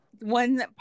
one